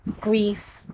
grief